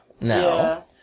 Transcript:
now